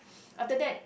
after that